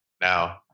now